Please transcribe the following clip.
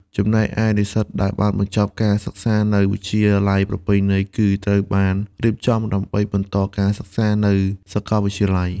ចំណែកឯនិស្សិតដែលបានបញ្ចប់ការសិក្សានៅ វិទ្យាល័យប្រពៃណី គឺត្រូវបាន រៀបចំដើម្បីបន្តការសិក្សា នៅសាកលវិទ្យាល័យ។